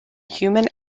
human